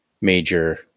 major